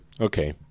Okay